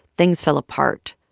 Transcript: things fell apart.